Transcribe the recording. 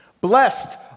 Blessed